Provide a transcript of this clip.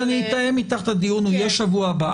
אז אני אתאם אתך את הדיון, הוא יהיה בשבוע הבא.